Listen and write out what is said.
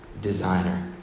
Designer